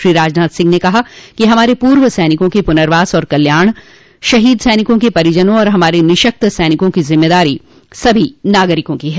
श्री राजनाथ सिंह ने कहा कि हमारे पूर्व सैनिकों के पुनर्वास और कल्याण शहीद सैनिकों के परिजनों और हमारे निःशक्त सैनिकों की जिम्मेदारी सभी नागरिकों की है